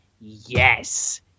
yes